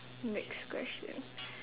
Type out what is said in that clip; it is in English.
next question